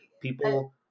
people